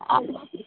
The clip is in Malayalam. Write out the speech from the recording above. ആ